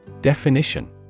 Definition